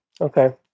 Okay